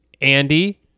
Andy